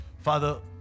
Father